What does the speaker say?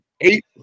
Eight